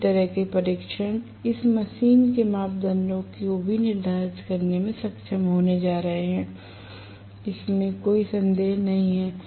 इसी तरह के परीक्षण इस मशीन के मापदंडों को भी निर्धारित करने में सक्षम होने जा रहे हैं इसमें कोई संदेह नहीं है